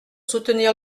soutenir